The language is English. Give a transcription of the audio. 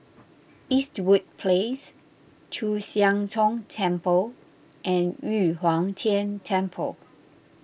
Eastwood Place Chu Siang Tong Temple and Yu Huang Tian Temple